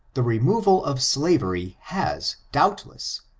the removal of slavery has, doubtless,